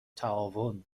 تعاون